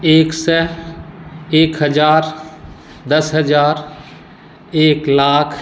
एक सए एक हजार दस हजार एक लाख